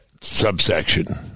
subsection